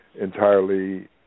entirely